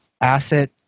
asset